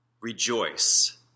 Rejoice